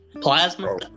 Plasma